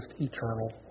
eternal